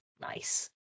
Nice